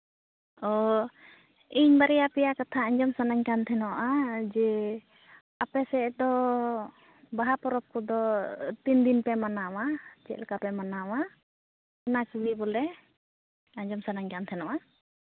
ᱚᱻ ᱤᱧ ᱵᱟᱨᱭᱟ ᱯᱮᱭᱟ ᱠᱟᱛᱷᱟ ᱟᱸᱡᱚᱢ ᱥᱟᱱᱟᱧ ᱠᱟᱱ ᱛᱟᱦᱮᱱᱟ ᱡᱮ ᱟᱯᱮ ᱥᱮᱫ ᱫᱚ ᱵᱟᱦᱟ ᱯᱚᱨᱚᱵᱽ ᱠᱚᱫᱚ ᱛᱤᱱ ᱫᱤᱱ ᱯᱮ ᱢᱟᱱᱟᱣᱟ ᱪᱮᱫ ᱞᱮᱠᱟᱯᱮ ᱢᱟᱱᱟᱣᱟ ᱚᱱᱟ ᱠᱚᱜᱮ ᱵᱚᱞᱮ ᱟᱸᱡᱚᱢ ᱥᱟᱱᱟᱧ ᱠᱟᱱ ᱛᱟᱦᱮᱱᱚᱜᱼᱟ